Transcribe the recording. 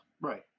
Right